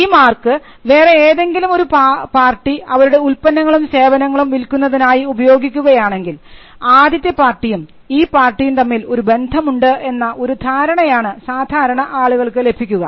ഈ മാർക്ക് വേറെ ഏതെങ്കിലും ഒരു പാർട്ടി അവരുടെ ഉൽപ്പന്നങ്ങളും സേവനങ്ങളും വിൽക്കുന്നതായി ഉപയോഗിക്കുകയാണെങ്കിൽ ആദ്യത്തെ പാർട്ടിയും ഈ പാർട്ടിയും തമ്മിൽ ഒരു ബന്ധമുണ്ട് എന്ന ഒരു ധാരണയാണ് സാധാരണ ആളുകൾക്ക് ലഭിക്കുക